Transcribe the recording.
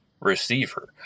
receiver